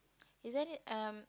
is there any um